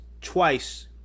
twice